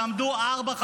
תעמדו ארבע,